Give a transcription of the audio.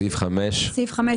סעיף 5. סעיף 5,